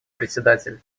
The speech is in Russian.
председатель